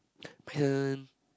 pain